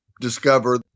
discover